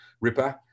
ripper